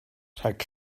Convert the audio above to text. rhag